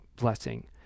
blessing